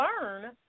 learn